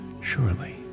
Surely